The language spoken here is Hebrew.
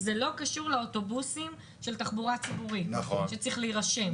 זה לא קשור לאוטובוסים של תחבורה ציבורית שצריך להירשם.